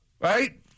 Right